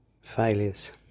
failures